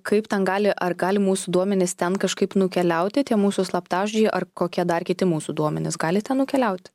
kaip ten gali ar gali mūsų duomenys ten kažkaip nukeliauti tie mūsų slaptažodžiai ar kokie dar kiti mūsų duomenys gali ten nukeliauti